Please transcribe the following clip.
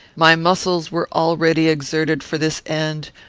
my muscles were already exerted for this end,